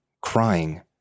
crying